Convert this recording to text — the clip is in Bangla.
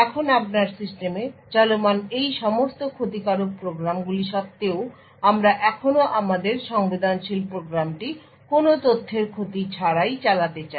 এখন আপনার সিস্টেমে চলমান এই সমস্ত ক্ষতিকারক প্রোগ্রামগুলি সত্ত্বেও আমরা এখনও আমাদের সংবেদনশীল প্রোগ্রামটি কোনও তথ্যের ক্ষতি ছাড়াই চালাতে চাই